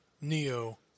Neo